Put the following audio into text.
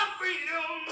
freedom